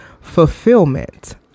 Fulfillment